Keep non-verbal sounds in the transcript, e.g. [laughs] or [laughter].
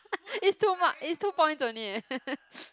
is two mark is two points only [laughs] [breath]